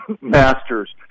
Masters